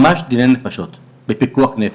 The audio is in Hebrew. ממש דיני נפשות ופיקוח נפש.